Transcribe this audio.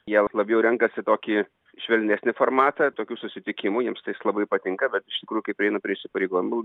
jie labiau renkasi tokį švelnesnį formatą tokių susitikimų jiems tais labai patinka bet iš tikrųjų kai prieina prie įsipareigojimų